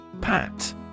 Pat